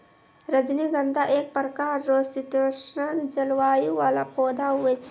रजनीगंधा एक प्रकार रो शीतोष्ण जलवायु वाला पौधा हुवै छै